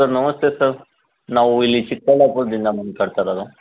sir ನಮಸ್ತೆ sir ನಾವು ಇಲ್ಲಿ ಚಿಕ್ಕಬಳ್ಳಾಪುರದಿಂದ ಮಾತಾಡ್ತಾ ಇರೋದು